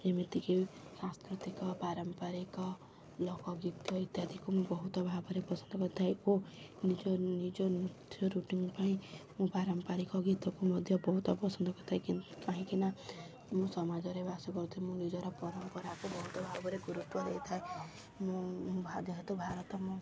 ଯେମିତିକି ସାଂସ୍କୃତିକ ପାରମ୍ପାରିକ ଲୋକ ଗୀତ ଇତ୍ୟାଦିକୁ ମୁଁ ବହୁତ ଭାବରେ ପସନ୍ଦ କରିଥାଏ ଓ ନିଜ ନିଜ ନୃତ୍ୟ ରୁଟିନ୍ ପାଇଁ ମୁଁ ପାରମ୍ପାରିକ ଗୀତକୁ ମଧ୍ୟ ବହୁତ ପସନ୍ଦ କରିଥାଏ କାହିଁକି ନା ମୁଁ ସମାଜରେ ବାସ କରୁଥିଲି ମୁଁ ନିଜର ପରମ୍ପରାକୁ ବହୁତ ଭାବରେ ଗୁରୁତ୍ୱ ଦେଇଥାଏ ମୁଁ ମୁଁ ଯେହେତୁ ଭାରତ ମୁଁ